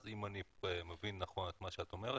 אם אני מבין נכון את מה שאת אומרת,